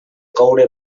coure